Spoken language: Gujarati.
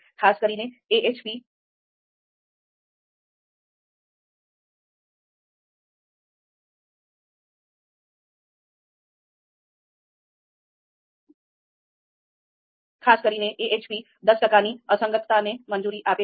ખાસ કરીને AHP દસ ટકાની અસંગતતાને મંજૂરી આપે છે